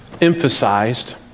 emphasized